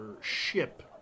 ship